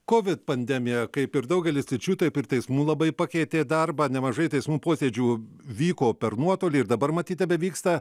kovid pandemija kaip ir daugely sričių taip ir teismų labai pakeitė darbą nemažai teismų posėdžių vyko per nuotolį ir dabar matyt tebevyksta